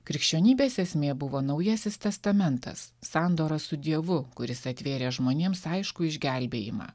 krikščionybės esmė buvo naujasis testamentas sandora su dievu kuris atvėrė žmonėms aiškų išgelbėjimą